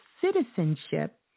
citizenship